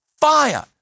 fire